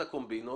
הקומבינות?